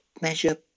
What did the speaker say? measure